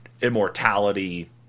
immortality –